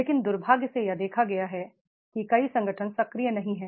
लेकिन दु र्भाग्य से यह देखा गया है कि कई संगठन सक्रिय नहीं हैं